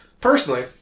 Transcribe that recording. Personally